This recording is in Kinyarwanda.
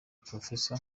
prof